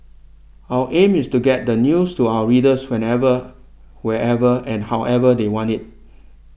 our aim is to get the news to our readers whenever wherever and however they want it